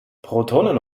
protonen